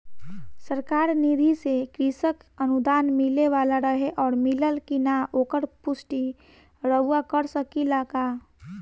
सरकार निधि से कृषक अनुदान मिले वाला रहे और मिलल कि ना ओकर पुष्टि रउवा कर सकी ला का?